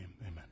Amen